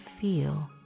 feel